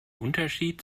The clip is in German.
unterschied